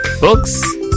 Books